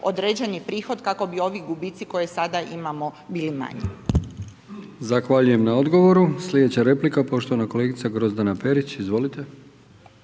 određeni prohod kako bi ovi gubici koje sada imamo bili manji.